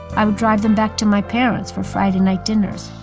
i would drive them back to my parents' for friday night dinners.